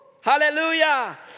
Hallelujah